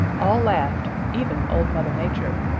all laughed, even old mother nature.